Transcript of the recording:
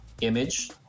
Image